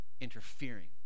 interfering